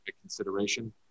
consideration